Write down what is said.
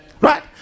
Right